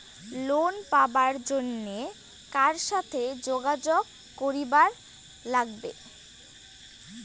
Loan পাবার জন্যে কার সাথে যোগাযোগ করিবার লাগবে?